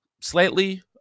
slightly